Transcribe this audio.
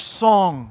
song